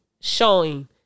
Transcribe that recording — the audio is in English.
showing